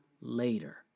later